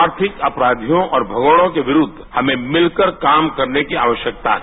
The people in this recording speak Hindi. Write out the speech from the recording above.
आर्थिक अपराधिर्या और भगौड़ों के विरुद्ध हमें मिलकर काम करने की आवश्यकता है